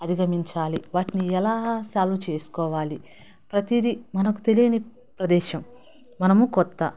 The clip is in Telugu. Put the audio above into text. అధిగమించాలి వాటిని ఎలా సాల్వ్ చేసుకోవాలి ప్రతీది మనకు తెలియని ప్రదేశం మనము కొత్త